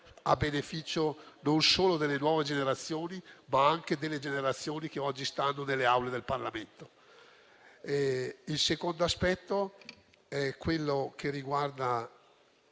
Il secondo aspetto è quello che riguarda